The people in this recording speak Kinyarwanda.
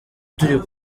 turi